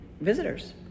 visitors